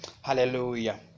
Hallelujah